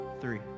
three